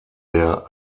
der